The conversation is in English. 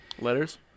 Letters